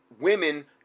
women